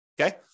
okay